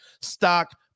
stock